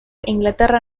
inglaterra